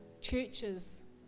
churches